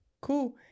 cool